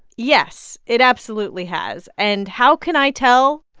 yes, it absolutely has. and how can i tell?